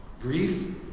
Grief